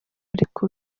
ariko